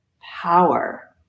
power